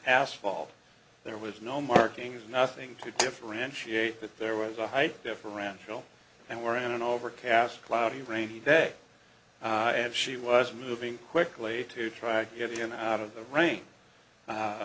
asphalt there was no markings nothing to differentiate that there was a height differential and we're in an overcast cloudy rainy day and she was moving quickly to try to get in out of the rain